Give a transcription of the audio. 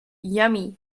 yummy